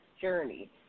journey